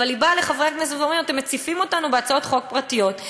אבל היא באה לחברי הכנסת ואומרת: אתם מציפים אותנו בהצעות חוק פרטיות.